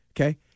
okay